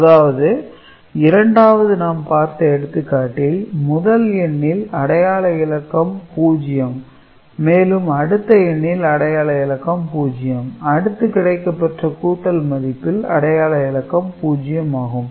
அதாவது இரண்டாவது நாம் பார்த்த எடுத்துக்காட்டில் முதல் எண்ணில் அடையாள இலக்கம் 0 மேலும் அடுத்த எண்ணில் அடையாள இலக்கம் 0 அடுத்து கிடைக்கப்பெற்ற கூட்டல் மதிப்பில் அடையாள இலக்கம் 0 ஆகும்